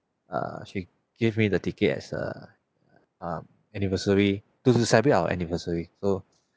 err she gave me the ticket as a um anniversary to to celebrate our anniversary so